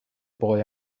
boy